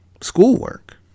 schoolwork